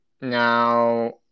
Now